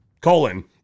colon